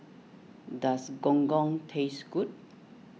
does Gong Gong taste good